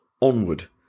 Onward